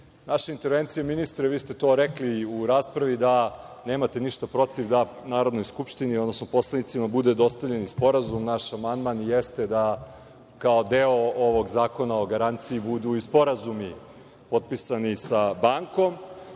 naša intervencija, ministre, vi ste to rekli i u raspravi, da nemate ništa protiv da Narodnoj skupštini, odnosno poslanicima, bude dostavljen sporazum. Naš amandman jeste da kao deo ovog Zakona o garanciji budu i sporazumi potpisani sa bankom,